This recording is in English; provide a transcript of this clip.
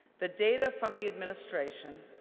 the data from the administration,